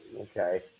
Okay